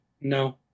No